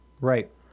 Right